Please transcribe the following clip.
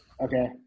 Okay